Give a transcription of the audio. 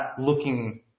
looking